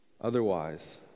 Otherwise